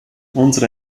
unsere